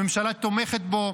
הממשלה תומכת בו,